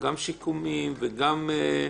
גם שיקומיים וגם -- אכיפתיים.